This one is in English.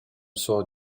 saw